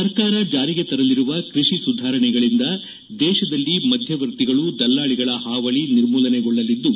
ಸರ್ಕಾರ ಜಾರಿಗೆ ತರಲಿರುವ ಕೃಷಿ ಸುಧಾರಣೆಗಳಿಂದ ದೇಶದಲ್ಲಿ ಮಧ್ಯವರ್ತಿಗಳು ದಲ್ಲಾಳಿಗಳ ಹಾವಳಿ ನಿರ್ಮೂಲನೆಗೊಳ್ಳಲಿದ್ದು